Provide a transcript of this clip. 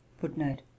Footnote